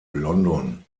london